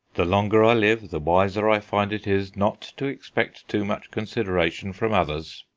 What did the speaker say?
the longer i live, the wiser i find it is not to expect too much consideration from others!